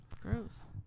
gross